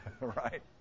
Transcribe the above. right